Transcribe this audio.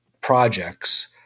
projects